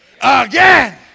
again